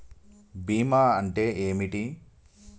బీమా అంటే ఏమిటి?